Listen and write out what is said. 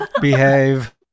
Behave